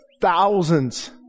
Thousands